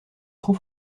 trop